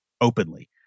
openly